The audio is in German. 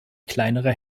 kleinere